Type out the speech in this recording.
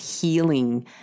healing